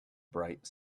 bright